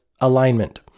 alignment